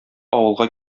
авылга